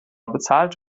bezahlt